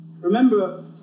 Remember